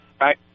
right